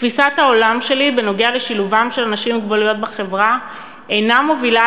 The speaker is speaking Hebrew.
תפיסת העולם שלי בנוגע לשילובם של אנשים עם מוגבלויות בחברה אינה מובילה